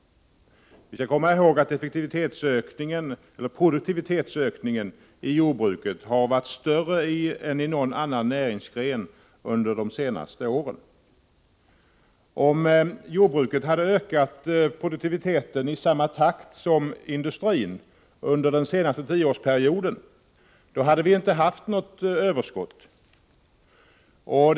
Vi skall då komma ihåg att effektivitetsökningen, eller produktivitetsökningen, i jordbruket har varit större än i någon annan näringsgren under de senaste åren. Om jordbruket hade ökat produktiviteten i samma takt som industrin under den senaste tioårsperioden, då skulle vi inte ha haft något överskott.